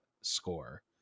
score